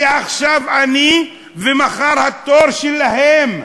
כי עכשיו אני, ומחר התור שלהם,